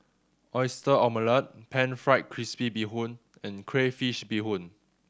Oyster Omelette Pan Fried Crispy Bee Hoon and crayfish beehoon